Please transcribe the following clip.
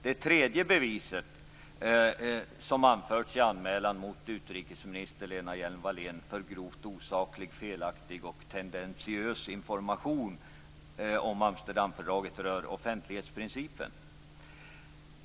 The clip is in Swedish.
Det tredje motivet som anförs i anmälan mot utrikesminister Lena Hjelm-Wallén för grovt osaklig, felaktig och tendentiös information om Amsterdamfördraget rör offentlighetsprincipen.